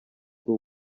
ubwo